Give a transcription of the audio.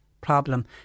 problem